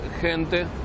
gente